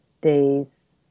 days